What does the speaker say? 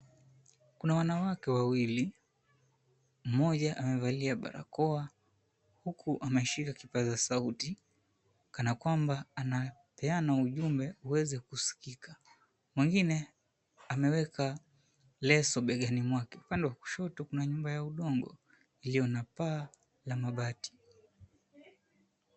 Kuna wanawake wawili, mmoja amevalia barakoa huku ameshika kipaza sauti kana kwambwa anapeana ujumbe uweze kusikika. Mwingine ameweka leso begani mwake. Upande wa kushoto kuna nyumba ya udongo iliyo na paa la mabati.